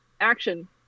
Action